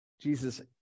Jesus